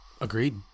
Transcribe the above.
Agreed